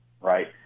right